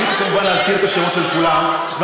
וכמובן להזכיר את השמות של כולם,